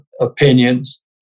opinions